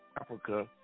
Africa